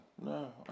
no